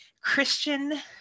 Christian